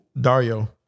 Dario